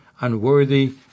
unworthy